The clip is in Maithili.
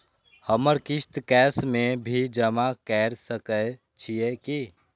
हमर किस्त कैश में भी जमा कैर सकै छीयै की?